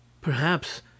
Perhaps